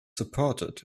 supported